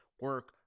Work